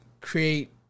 create